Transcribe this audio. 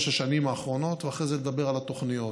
השנים האחרונות ואחרי זה לדבר על התוכניות.